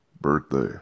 birthday